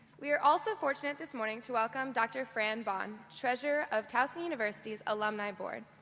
we are also fortunate this morning to welcome dr. fran bond, treasurer of towson university's alumni board,